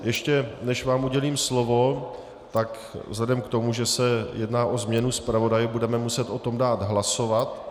Ještě než vám udělím slovo, tak vzhledem k tomu, že se jedná o změnu zpravodaje, budeme muset o tom dát hlasovat.